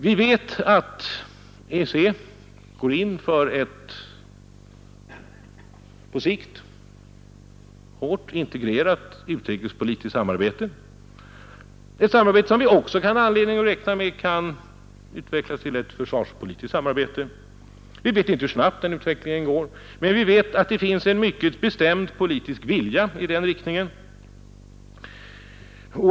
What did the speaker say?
Vi vet att EEC går in för ett på sikt hårt integrerat utrikespolitiskt samarbete, ett samarbete som vi också kan ha anledning att räkna med kan utvecklas till ett försvarspolitiskt samarbete. Vi vet inte hur snabbt den utvecklingen går, men vi vet att det finns en mycket bestämd politisk vilja i den riktningen.